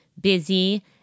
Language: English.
busy